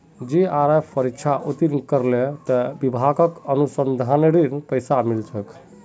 JRF परीक्षा उत्तीर्ण करले त विभाक अनुसंधानेर पैसा मिल छेक